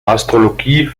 astrologie